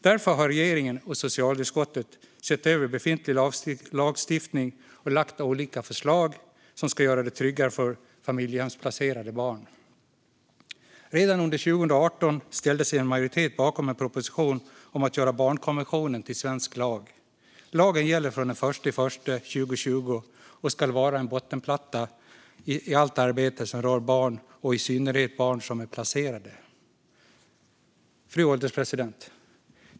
Därför har regeringen och socialutskottet sett över befintlig lagstiftning och lagt fram olika förslag som ska göra det tryggare för familjehemsplacerade barn. Redan 2018 ställde sig en majoritet bakom en proposition om att göra barnkonventionen till svensk lag. Lagen gäller från den 1 januari 2020 och ska vara en bottenplatta i allt arbete som rör barn, i synnerhet barn som är placerade. Fru ålderspresident!